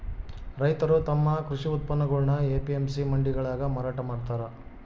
ರೈತರು ತಮ್ಮ ಕೃಷಿ ಉತ್ಪನ್ನಗುಳ್ನ ಎ.ಪಿ.ಎಂ.ಸಿ ಮಂಡಿಗಳಾಗ ಮಾರಾಟ ಮಾಡ್ತಾರ